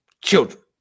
children